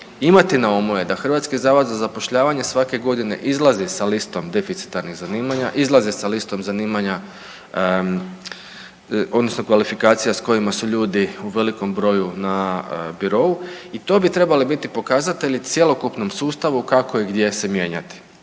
imati na umu je da HZZ svake godine izlazi sa listom deficitarnih zanimanja, izlazi sa listom zanimanja odnosno kvalifikacija s kojima su ljudi u velikom broju na birou i to bi trebali biti pokazatelji cjelokupnom sustavu kako i gdje se mijenjati.